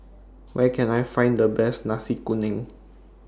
Where Can I Find The Best Nasi Kuning